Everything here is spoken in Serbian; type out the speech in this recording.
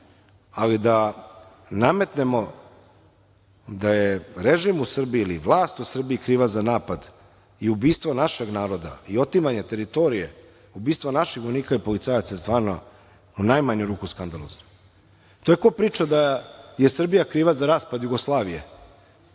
ali da nametnemo da je režim u Srbiji ili vlast u Srbiji kriva za napad i ubistvo našeg naroda i otimanje teritorije, ubistva naših vojnika i policajaca je stvarno u najmanju ruku je skandalozno. To ko priča da je Srbija kriva za raspad Jugoslavije,